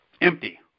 empty